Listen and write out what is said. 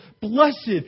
blessed